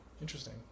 Interesting